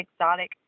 exotic